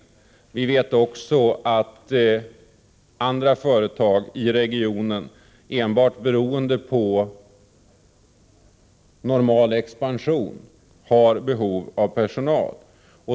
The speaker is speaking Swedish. Vidare vet vi att andra företag i regionen, enbart beroende på normal expansion, har behov av personal.